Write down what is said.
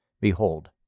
Behold